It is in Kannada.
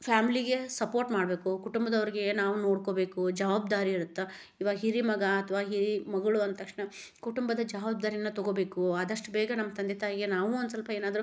ಫ್ಯಾಮಿಲಿಗೆ ಸಪೋರ್ಟ್ ಮಾಡಬೇಕು ಕುಟುಂಬದವ್ರಿಗೆ ನಾವು ನೋಡ್ಕೋಬೇಕು ಜವಾಬ್ದಾರಿ ಇರತ್ತೆ ಇವಾಗ ಹಿರಿ ಮಗ ಅಥ್ವಾ ಹಿರಿ ಮಗಳು ಅಂದ ತಕ್ಷಣ ಕುಟುಂಬದ ಜವಾಬ್ದಾರಿನ ತಗೋಬೇಕು ಆದಷ್ಟು ಬೇಗ ನಮ್ಮ ತಂದೆ ತಾಯಿಗೆ ನಾವು ಒಂದು ಸ್ವಲ್ಪ ಏನಾದರೂ